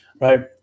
right